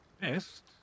best